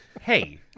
Hey